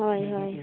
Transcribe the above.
ᱦᱳᱭ ᱦᱳᱭ